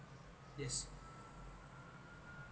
yes